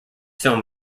film